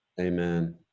Amen